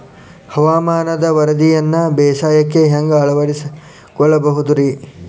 ಹವಾಮಾನದ ವರದಿಯನ್ನ ಬೇಸಾಯಕ್ಕ ಹ್ಯಾಂಗ ಅಳವಡಿಸಿಕೊಳ್ಳಬಹುದು ರೇ?